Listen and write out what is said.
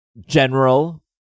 general